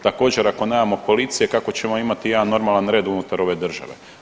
Također ako nemamo policije kako ćemo imati jedan normalni red unutar ove države.